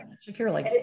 securely